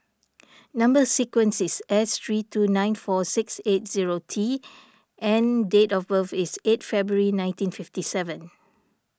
Number Sequence is S three two nine four six eight zero T and date of birth is eight February nineteen fifty seven